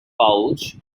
pouch